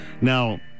Now